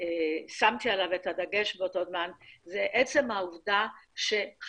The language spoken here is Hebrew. ששמתי עליו את הדגש באותו זמן זה עצם העובדה שחייב